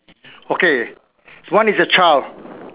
okay one is a child